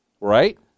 Right